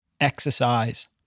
Exercise